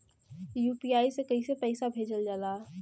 UPI से कइसे पैसा भेजल जाला?